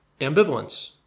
ambivalence